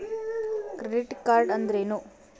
Credit card ಅಂದ್ರೇನು?